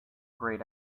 grayed